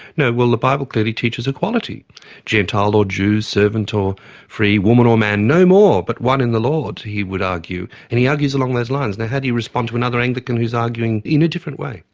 no, well the bible clearly teaches equality gentile or jew, servant or free, free, woman or man no more, but one in the lord he would argue. and he argues along those lines. now how do you respond to another anglican who's arguing in a different way?